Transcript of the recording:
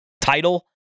title